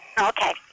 Okay